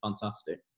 fantastic